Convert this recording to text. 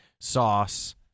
sauce